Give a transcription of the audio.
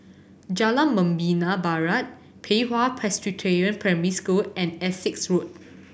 Jalan Membina Barat Pei Hwa Presbyterian Primary School and Essex Road